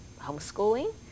homeschooling